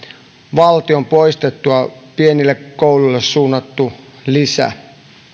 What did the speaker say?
valtion poistettua pienille kouluille suunnatun lisän